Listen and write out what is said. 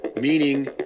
meaning